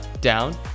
down